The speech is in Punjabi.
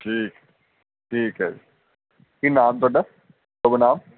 ਠੀਕ ਠੀਕ ਹੈ ਕੀ ਨਾਮ ਤੁਹਾਡਾ ਸ਼ੁੱਭ ਨਾਮ